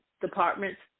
departments